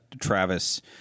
Travis